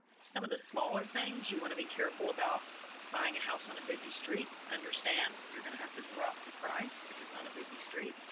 some of the smaller things you want to be careful about buying a house on a busy street, understand you're going to have to drop the price. if it's on a busy street,